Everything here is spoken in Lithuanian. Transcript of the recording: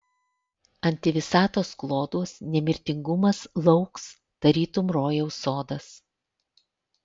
antivisatos kloduos nemirtingumas lauks tarytum rojaus sodas